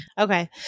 okay